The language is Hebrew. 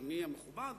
אדוני המכובד,